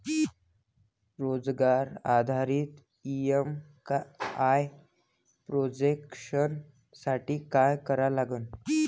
रोजगार आधारित EMI projection साठी का करा लागन?